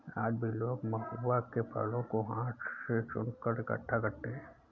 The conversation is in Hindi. आज भी लोग महुआ के फलों को हाथ से चुनकर इकठ्ठा करते हैं